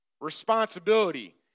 Responsibility